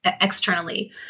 externally